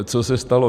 Co se stalo?